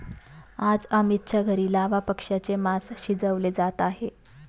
आज अमितच्या घरी लावा पक्ष्याचे मास शिजवले जात आहे